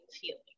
feeling